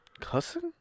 Cussing